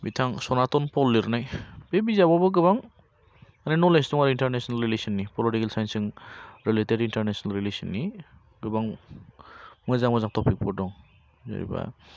बिथां सनाथन पल लिरनाय बे बिजाबावबो गोबां नलेज दं आरो इन्टारनेसनेल रिलिसन नि पलिटिकेल साइन्स जों रिलेटेट इन्टारनेसनेल रिलिसन नि गोबां मोजां मोजां थफिक फोर दं जायबा